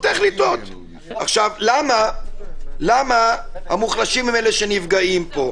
למה המוחלשים הם שנפגעים פה.